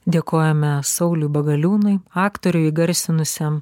dėkojame sauliui bagaliūnui aktoriui įgarsinusiam